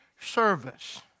service